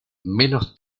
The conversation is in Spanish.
menos